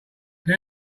care